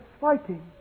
fighting